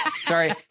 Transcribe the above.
Sorry